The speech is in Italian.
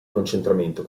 concentramento